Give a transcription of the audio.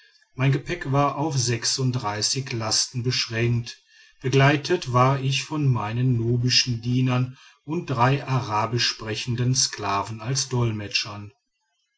mein gepäck war auf lasten beschränkt begleitet war ich von meinen nubischen dienern und drei arabisch sprechenden sklaven als dolmetschern